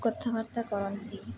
କଥାବାର୍ତ୍ତା କରନ୍ତି